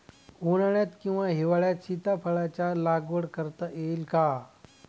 उन्हाळ्यात किंवा हिवाळ्यात सीताफळाच्या लागवड करता येईल का?